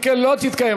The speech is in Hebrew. אם כן, לא תתקיים